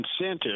incentive